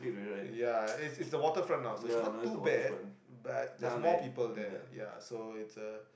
ya it's it's the waterfront now so it's not too bad but there's more people there ya so it's uh